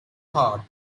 heart